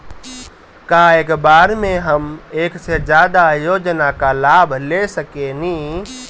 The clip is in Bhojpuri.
का एक बार में हम एक से ज्यादा योजना का लाभ ले सकेनी?